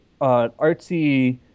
artsy